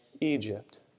Egypt